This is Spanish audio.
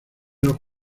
los